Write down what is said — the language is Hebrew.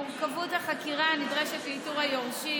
מורכבות החקירה הנדרשת לאיתור היורשים,